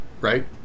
right